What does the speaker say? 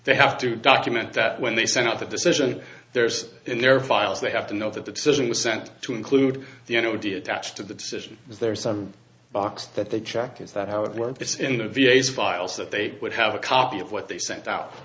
they have to document that when they send out that decision there's their files they have to know that the decision was sent to include the n o d attached to the decision is there some box that they check is that how it works in the v a s files that they would have a copy of what they sent out